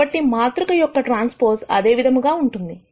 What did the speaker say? కాబట్టి మాతృక యొక్క ట్రాన్స్పోస్ అదే విధముగా ఉంటుంది